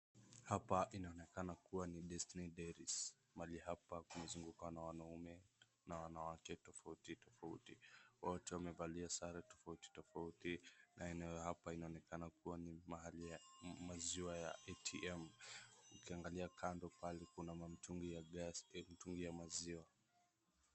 Hapa inaonekana kuwa ni Destiny Dairies. Mahali hapa kumezungukwa na wanaume na wanawake tofauti tofauti. Watu wamevalia sare tofauti tofauti na eneo hapa inaonekana kuwa ni mahali ya maziwa ya ATM. Ukiangalia kando pale kuna matungi gas , mtungi ya maziwa.